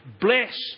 bless